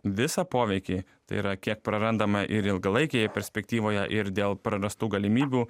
visą poveikį tai yra kiek prarandama ir ilgalaikėje perspektyvoje ir dėl prarastų galimybių